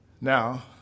Now